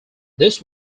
this